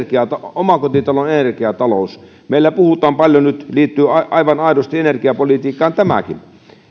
omakotitalon energiataloudesta meillä puhutaan nyt paljon ja tämä liittyy aivan aidosti energiapolitiikkaan tämäkin